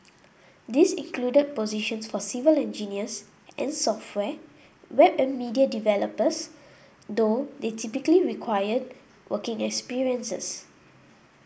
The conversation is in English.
these included positions for civil engineers and software web and media developers though they typically required working experiences